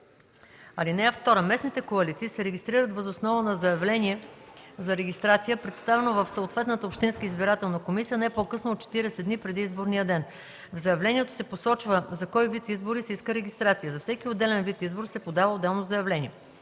(2) Местните коалиции се регистрират въз основа на заявление за регистрация, представено в съответната общинска избирателна комисия не по-късно от 40 дни преди изборния ден. В заявлението се посочва за кой вид избор се иска регистрация. За всеки отделен вид избор се подава отделно заявление.